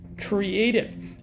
Creative